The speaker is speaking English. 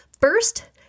First